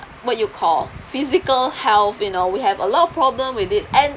what you call physical health you know we have a lot of problem with this and